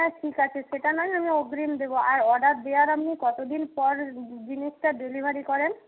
হ্যাঁ ঠিক আছে সেটা নয় আমি অগ্রিম দেবো আর অর্ডার দেওয়ার আপনি কতদিন পর জিনিসটা ডেলিভারি করেন